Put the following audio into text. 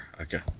Okay